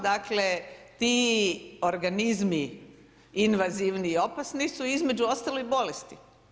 Dakle, ti organizmi invazivni i opasni su između ostalog i bolesti.